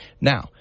Now